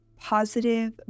positive